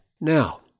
Now